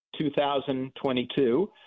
2022